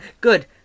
Good